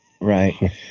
right